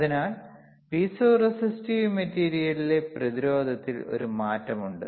അതിനാൽ piezo resistive മെറ്റീരിയലിലെ പ്രതിരോധത്തിൽ ഒരു മാറ്റമുണ്ട്